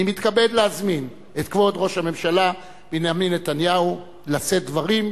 אני מתכבד להזמין את כבוד ראש הממשלה בנימין נתניהו לשאת דברים,